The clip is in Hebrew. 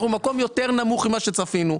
אנחנו במקום יותר נמוך ממה שצפינו.